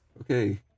Okay